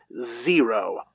zero